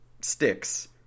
sticks